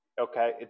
Okay